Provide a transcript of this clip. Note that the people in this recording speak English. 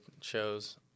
shows